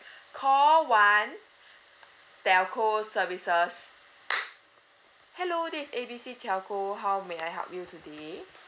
call one telco services hello this is A B C telco how may I help you today